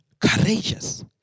courageous